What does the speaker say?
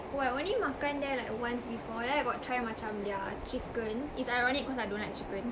oh I only makan there like once before then I got try macam their chicken it's ironic cause I don't like chicken